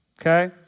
Okay